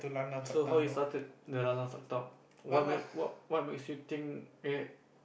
so how you started the lanlan suck thumb what ma~ what makes you think eh